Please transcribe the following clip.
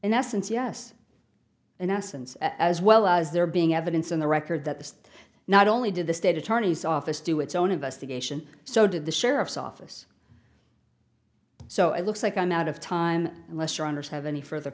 in essence yes in essence as well as there being evidence in the record that this not only did the state attorney's office do its own investigation so did the sheriff's office so it looks like i'm out of time unless your honour's have any further